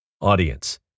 Audience